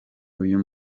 uyu